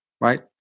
right